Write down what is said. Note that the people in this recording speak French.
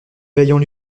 vaillant